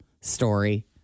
story